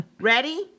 Ready